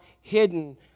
hidden